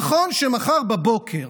נכון שמחר בבוקר,